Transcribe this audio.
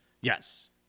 Yes